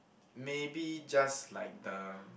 maybe just like the